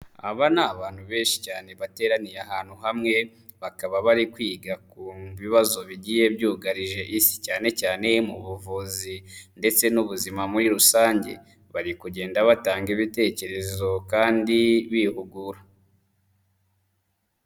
Aba ni abantu benshi cyane bateraniye ahantu hamwe, bakaba bari kwiga ku bibazo bigiye byugarije Isi, cyane cyane mu buvuzi ndetse n'ubuzima muri rusange, bari kugenda batanga ibitekerezo kandi bihugura.